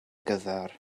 gyfer